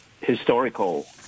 historical